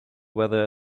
weather